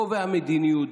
קובע מדיניות,